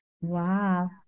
wow